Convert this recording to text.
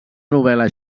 novel·la